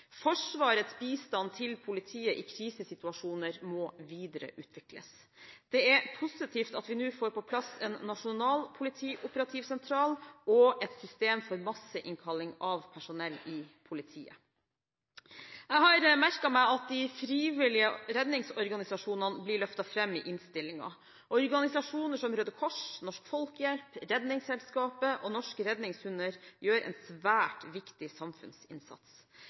Forsvarets bistand til politiet i krisesituasjoner må videreutvikles. Det er positivt at vi nå får på plass en nasjonal politioperativ sentral og et system for masseinnkalling av personell i politiet. Jeg har merket meg at de frivillige redningsorganisasjonene blir løftet fram i innstillingen. Organisasjoner som Røde Kors, Norsk Folkehjelp, Redningsselskapet og Norske Redningshunder gjør en svært viktig samfunnsinnsats.